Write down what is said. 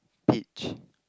peach